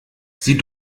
sie